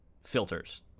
filters